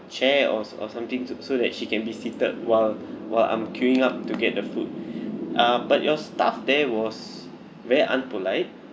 chair or or something so so that she can be seated while while I'm queuing up to get the food uh but your staff there was very unpolite